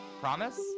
Promise